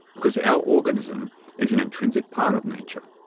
because our organism is an intrinsic part of nature.